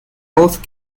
both